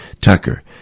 Tucker